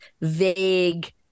vague